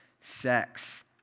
sex